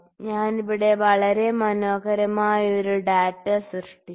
ഞാൻ ഇവിടെ വളരെ മനോഹരമായ ഒരു ഡാറ്റ സൃഷ്ടിച്ചു